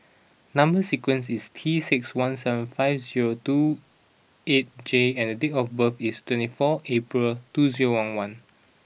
number sequence is T six one seven five zero two eight J and date of birth is twenty four April two zero one one